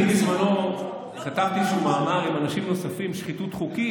אני בזמנו כתבתי איזשהו מאמר עם אנשים נוספים על שחיתות חוקית.